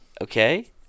okay